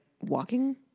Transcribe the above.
walking